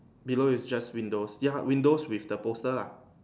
below is just windows ya windows with the poster ah